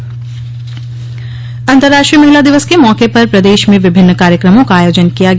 अन्तर्राष्ट्रीय महिला दिवस अंतराष्ट्रीय महिला दिवस के मौके पर प्रदेश में विभिन्न कार्यक्रमों का आयोजन किया गया